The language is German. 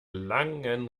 langen